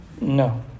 No